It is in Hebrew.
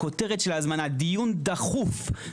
בכותרת של ההזמנה - דיון דחוף,